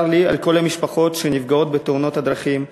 צר לי על כל המשפחות שנפגעות בתאונות הדרכים,